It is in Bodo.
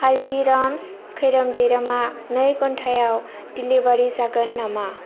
हालदिराम्स खैरोम दैरोमआ नै घन्टायाव डिलिभारि जागोन नामा